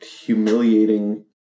humiliating